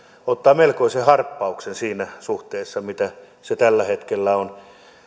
ottaa melkoisen harppauksen siinä suhteessa mitä se tällä hetkellä on